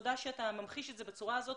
תודה שאתה ממחיש את זה בצורה הזאת.